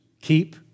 keep